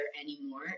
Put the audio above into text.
anymore